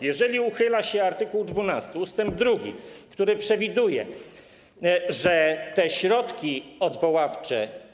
Jeżeli uchyla się art. 12 ust. 2, który przewiduje, że te środki odwoławcze.